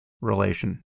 relation